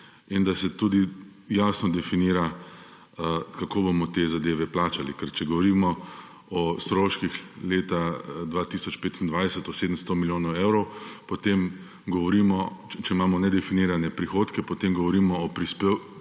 in da se tudi jasno definira, kako bomo te zadeve plačali. Ker če govorimo o stroških leta 2025 – o 700 milijonih evrov, če imamo nedefinirane prihodke, potem govorimo o enakem